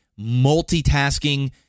multitasking